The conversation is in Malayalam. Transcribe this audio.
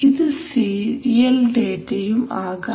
ഇത് സീരിയൽ ഡേറ്റയും ആകാം